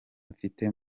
mfite